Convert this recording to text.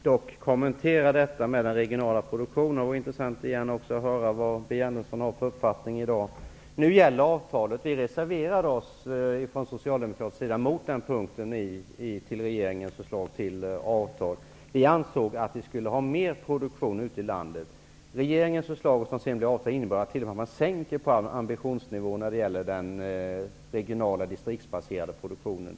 Herr talman! Jag måste kommentera den regionala produktionen. Det vore intressant att få höra vilken uppfattning som Birger Andersson har i dag. Nu gäller avtalet. Vi reserverade oss från socialdemokratisk sida på den punkten i regeringens förslag till avtal. Vi ansåg att det skulle ske mer produktion ute i landet. Regeringens förslag, som sedan blev avtal, innebar att man minskade ambitionsnivån när det gäller den regionala distriktsbaserade produktionen.